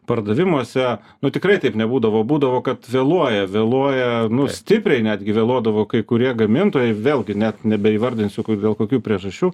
pardavimuose nu tikrai taip nebūdavo būdavo kad vėluoja vėluoja nu stipriai netgi vėluodavo kai kurie gamintojai vėlgi net nebeįvardinsiu dėl kokių priežasčių